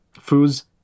foods